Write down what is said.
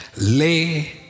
Lay